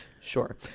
Sure